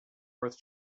worth